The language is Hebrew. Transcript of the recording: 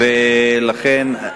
לכן,